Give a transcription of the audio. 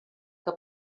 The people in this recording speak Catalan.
que